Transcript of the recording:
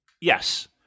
yes